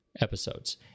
episodes